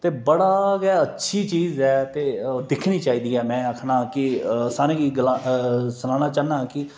ते बड़ा गे अच्छी चीज़ ऐ ते दिक्खनी चाहिदी है में आखना कि सारें गी गलाना चाहन्नां कि